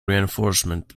reinforcement